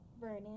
vernon